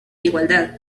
igualdad